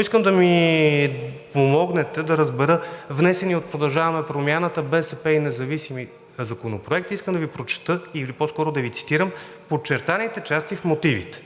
Искам да ми помогнете да разбера внесения от „Продължаваме Промяната“, БСП и независимите законопроект, искам да Ви прочета, или по-скоро да Ви цитирам, подчертаните части в мотивите.